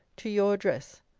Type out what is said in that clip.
to your address.